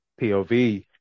POV